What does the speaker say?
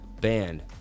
Banned